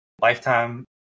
lifetime